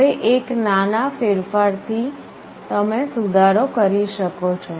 હવે એક નાના ફેરફારથી તમે સુધારો કરી શકો છો